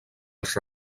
els